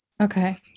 Okay